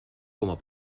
como